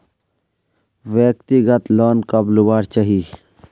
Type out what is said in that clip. व्यक्तिगत लोन कब लुबार चही?